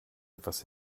etwas